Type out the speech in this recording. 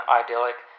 idyllic